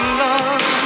love